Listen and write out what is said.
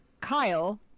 Kyle